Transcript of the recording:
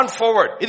forward